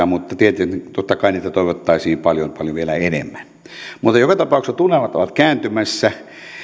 mutta totta kai niitä toivottaisiin vielä paljon paljon enemmän mutta joka tapauksessa tunnelmat ovat kääntymässä